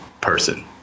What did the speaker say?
person